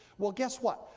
well, guess what?